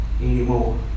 anymore